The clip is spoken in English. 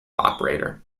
operator